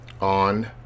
on